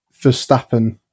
Verstappen